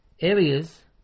areas